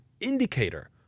indicator